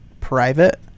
private